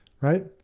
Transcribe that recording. right